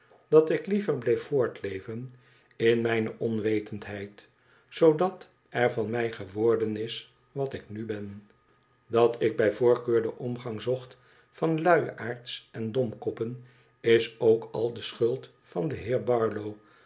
dat ik liever bleef voortleven in mijne onwetendheid zoodat er van mij geworden is wat ik nu ben dat ik bij voorkeur de omgang zocht van luiaards en domkoppen is ook al de schuld van den heer barlow